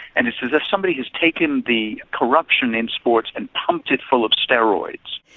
and it's as if somebody has taken the corruption in sports and pumped it full of steroids.